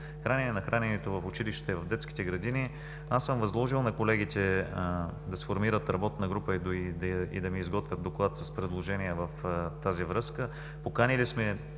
хранене, на храненето в училище, в детските градини. Възложил съм на колегите да сформират работна група и да ми изготвят доклад с предложения в тази връзка. Поканили сме